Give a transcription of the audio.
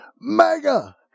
Mega